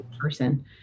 person